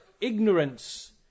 ignorance